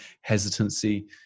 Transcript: hesitancy